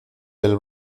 del